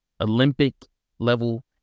Olympic-level